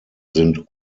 sind